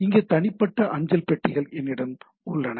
இங்கே தனிப்பட்ட அஞ்சல் பெட்டிகள் என்னிடம் உள்ளன